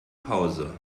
pause